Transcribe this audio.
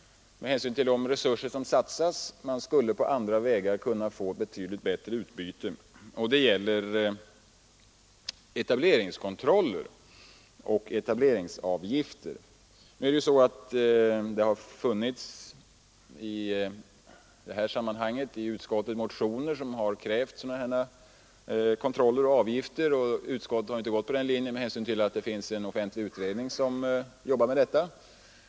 Det gäller etableringskontroller och etableringsavgifter. I utskottet har det förelegat motioner som krävt sådana kontroller och avgifter. Utskottet har inte gått på den linjen med hänsyn till att en offentlig utredning arbetar med detta.